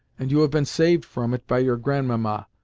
and you have been saved from it by your grandmamma,